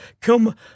come